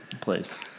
place